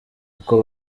uko